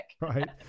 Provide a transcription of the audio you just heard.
right